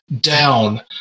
down